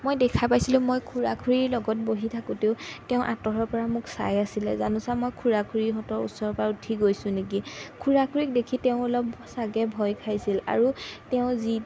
মই দেখা পাইছিলোঁ মই খুৰা খুৰীৰ লগত বহি থাকোঁতেও তেওঁ আঁতৰৰ পৰা মোক চাই আছিলে জানোচা মই খুৰা খুৰীহঁতৰ ওচৰৰ পৰা উঠি গৈছোঁ নেকি খুৰা খুৰীক দেখি তেওঁ অলপ ছাগে ভয় খাইছিল আৰু তেওঁ যি